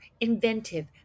inventive